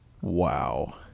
Wow